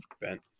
bent